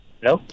Hello